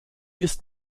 ist